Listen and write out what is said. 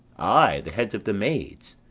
ay, the heads of the maids,